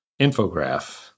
Infograph